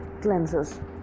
cleansers